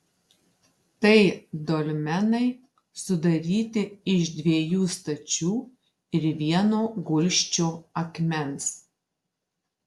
tai dolmenai sudaryti iš dviejų stačių ir vieno gulsčio akmens